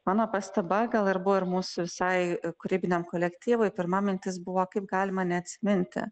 mano pastaba gal ir buvo ir mūsų visai kūrybiniam kolektyvui pirma mintis buvo kaip galima neatsiminti